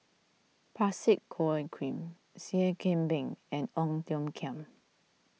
Parsick Joaquim Seah Kian Peng and Ong Tiong Khiam